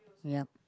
ya